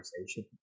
conversation